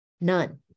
None